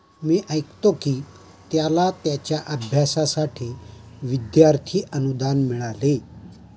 मी ऐकतो की त्याला त्याच्या अभ्यासासाठी विद्यार्थी अनुदान मिळाले